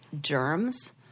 germs